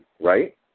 right